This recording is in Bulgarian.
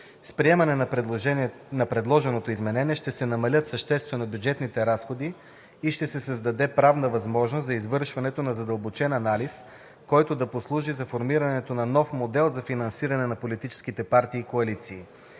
С приемане на предложеното изменение ще се намалят съществено бюджетните разходи и ще се създаде правна възможност за извършването на задълбочен анализ, който да послужи за формирането на нов модел за финансиране на политическите партии и коалиции.